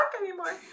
anymore